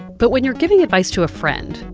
but when you're giving advice to a friend,